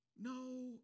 no